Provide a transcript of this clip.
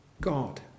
God